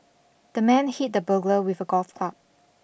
the man hit the burglar with a golf club